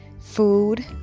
food